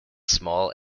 small